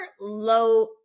low